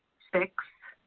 six,